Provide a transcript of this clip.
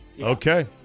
Okay